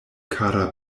kara